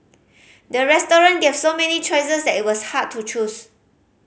the restaurant gave so many choices that it was hard to choose